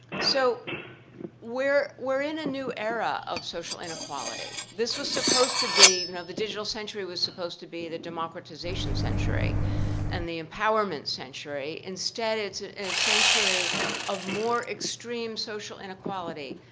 so we're in a new era of social inequality. this was supposed to be, you know, the digital century was supposed to be the democratization century and the empowerment century. instead it's a century of more extreme social inequality.